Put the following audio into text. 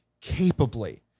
capably